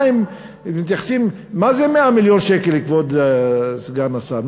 מה זה 100 מיליון שקל, כבוד סגן השר?